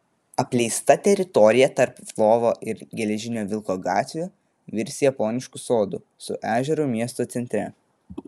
apleista teritorija tarp lvovo ir geležinio vilko gatvių virs japonišku sodu su ežeru miesto centre